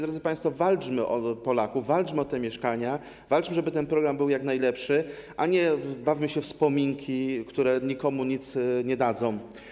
Drodzy państwo, walczmy o Polaków, walczmy o te mieszkania, walczmy, żeby ten program był jak najlepszy, a nie bawmy się we wspominki, które nikomu nic nie dadzą.